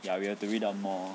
ya we have to read up more